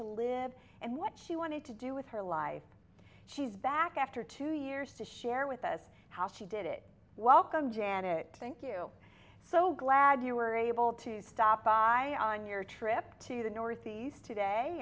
to live and what she wanted to do with her life she's back after two years to share with us how she did it while km janet thank you so glad you were able to stop by on your trip to the northeast today